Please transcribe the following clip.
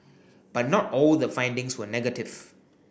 but not all the findings were negative